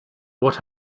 what